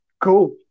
go